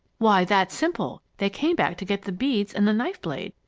why, that's simple. they came back to get the beads and the knife-blade.